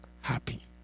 happy